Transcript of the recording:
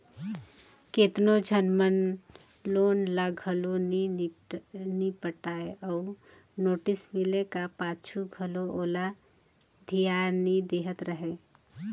केतनो झन मन लोन ल घलो नी पटाय अउ नोटिस मिले का पाछू घलो ओला धियान नी देहत रहें